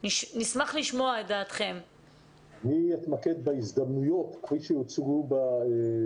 אני רוצה לתת דוגמה עכשווית כי עלה פה גם בסקר שהצגתם בהתחלה,